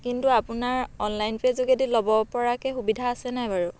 কিন্তু আপোনাৰ online pay যোগেদি ল'ব পৰাকৈ সুবিধা আছে নাই বাৰু